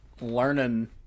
learning –